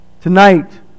Tonight